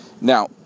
Now